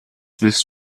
willst